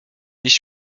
iść